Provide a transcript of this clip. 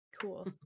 Cool